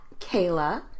Kayla